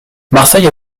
marseille